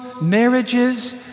marriages